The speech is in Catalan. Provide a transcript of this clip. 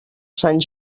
sant